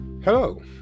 Hello